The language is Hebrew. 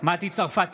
מטי צרפתי